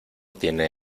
tiene